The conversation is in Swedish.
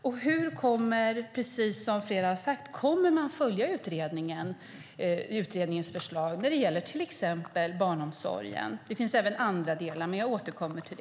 Och precis som flera har sagt: Kommer man att följa utredningens förslag när det gäller till exempel barnomsorgen? Det finns även andra delar som jag återkommer till.